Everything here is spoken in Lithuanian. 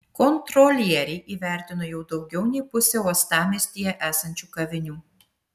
kontrolieriai įvertino jau daugiau nei pusę uostamiestyje esančių kavinių